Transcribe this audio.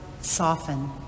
soften